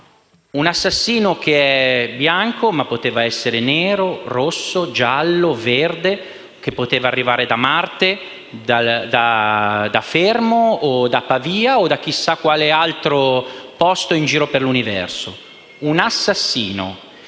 assassino è bianco, ma poteva anche essere nero, rosso, giallo, verde; poteva arrivare da Marte, da Fermo, da Pavia o da chissà quale altro posto dell'universo. È un assassino.